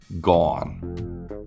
gone